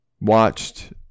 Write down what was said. watched